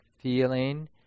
feeling